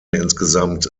insgesamt